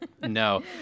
No